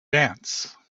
dance